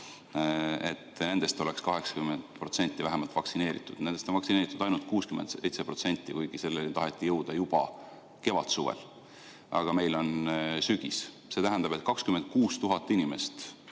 suur risk, oleks vähemalt 80% vaktsineeritud. Nendest on vaktsineeritud ainult 67%, kuigi selleni taheti jõuda juba kevadsuvel. Aga meil on sügis. See tähendab, et 26 000 inimest,